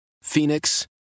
Phoenix